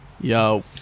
Yo